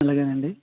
అలాగే అండి